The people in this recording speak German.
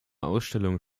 ausstellung